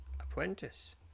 apprentice